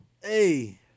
Hey